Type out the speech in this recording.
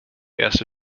erste